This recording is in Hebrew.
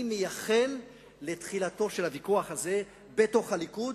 אני מייחל לתחילתו של הוויכוח הזה בתוך הליכוד,